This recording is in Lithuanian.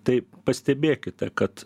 tai pastebėkite kad